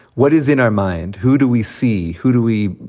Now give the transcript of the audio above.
what is in our mind? who do we see? who do we?